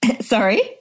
sorry